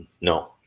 No